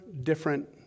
different